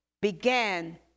began